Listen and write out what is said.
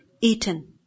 eaten